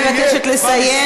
אני מבקשת לסיים.